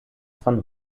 von